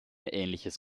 ähnliches